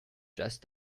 just